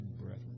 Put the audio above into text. breath